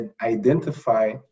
identify